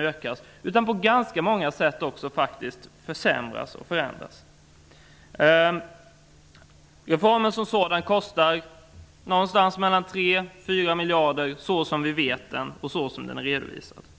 öka den, utan på ganska många sätt förändra och försämra den. Reformen kostar någonstans mellan 3 och 4 miljarder, såsom vi känner till den och som den är redovisad.